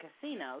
casino